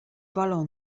balo